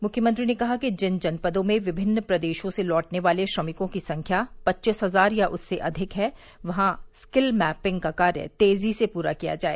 मुख्यमंत्री ने कहा कि जिन जनपदों में विमिन्न प्रदेशों से लौटने वाले श्रमिकों की संख्या पच्चीस हजार या उससे अधिक है वहां स्किल मैपिंग का कार्य तेजी से पूरा किया जाए